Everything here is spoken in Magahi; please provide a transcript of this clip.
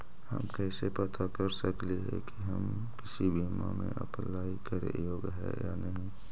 हम कैसे पता कर सकली हे की हम किसी बीमा में अप्लाई करे योग्य है या नही?